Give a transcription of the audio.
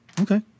Okay